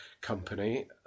company